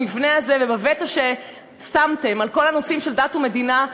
במבנה הזה ובווטו ששמתם על כל הנושאים של דת ומדינה,